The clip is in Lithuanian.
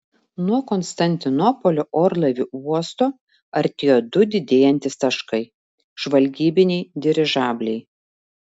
nuo konstantinopolio orlaivių uosto artėjo du didėjantys taškai žvalgybiniai dirižabliai